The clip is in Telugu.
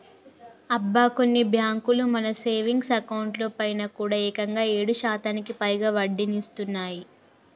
అబ్బా కొన్ని బ్యాంకులు మన సేవింగ్స్ అకౌంట్ లో పైన కూడా ఏకంగా ఏడు శాతానికి పైగా వడ్డీనిస్తున్నాయి